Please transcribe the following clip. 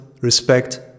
respect